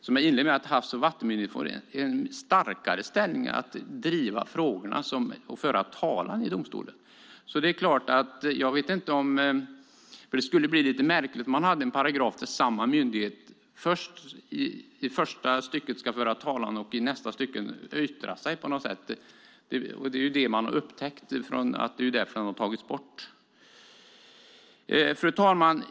Som jag inledde med får Havs och vattenmyndigheten i stället en starkare ställning att driva frågorna och föra talan i domstolen. Det skulle vara lite märkligt om man hade en paragraf där samma myndighet i första stycket ska föra talan och i nästa stycke yttra sig. Det är därför som den har tagits bort. Fru talman!